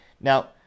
Now